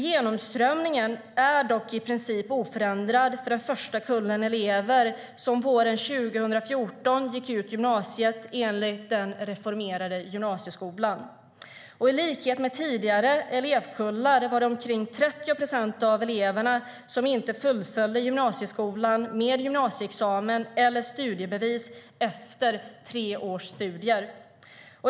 Genomströmningen är dock i princip oförändrad för den första kull elever som våren 2014 gick ut gymnasiet enligt den reformerade gymnasieskolan: I likhet med tidigare elevkullar var det omkring 30 procent av eleverna som inte fullföljde gymnasieskolan med gymnasieexamen eller studiebevis efter tre års studier.